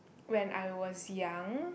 when I was young